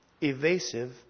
evasive